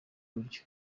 buryo